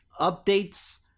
updates